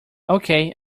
okay